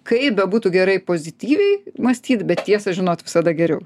kaip bebūtų gerai pozityviai mąstyt bet tiesą žinot visada geriau